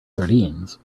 sardines